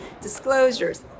disclosures